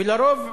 ועל-פי רוב,